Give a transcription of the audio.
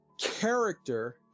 character